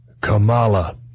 Kamala